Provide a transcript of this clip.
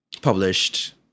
published